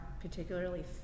particularly